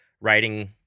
writing